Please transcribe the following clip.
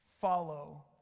follow